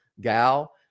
Gal